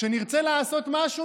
כשנרצה לעשות משהו,